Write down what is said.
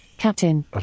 Captain